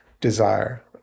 desire